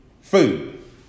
food